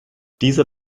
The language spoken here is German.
dieser